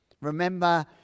Remember